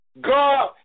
God